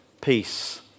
peace